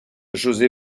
josé